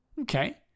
Okay